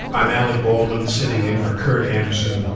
i'm alec baldwin, sitting in for kurt anderson,